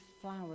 flowers